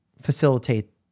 facilitate